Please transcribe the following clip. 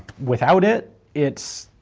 without it, it's.